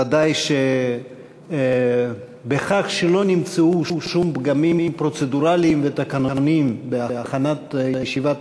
ודאי שבכך שלא נמצאו שום פגמים פרוצדורליים ותקנוניים בהכנת ישיבת